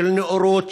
של נאורות,